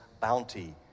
bounty